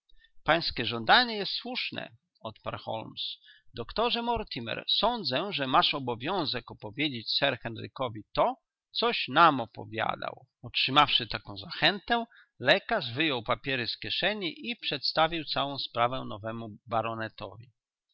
pańskie żądanie jest słuszne odparł holmes doktorze mortimer sądzę że masz obowiązek opowiedzieć sir henrykowi to coś nam opowiadał otrzymawszy taką zachętę lekarz wyjął papiery z kieszeni i przedstawił całą sprawę nowemu baronetowi sir